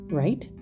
right